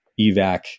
evac